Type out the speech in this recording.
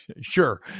sure